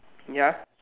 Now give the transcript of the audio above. ya